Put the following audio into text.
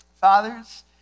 Fathers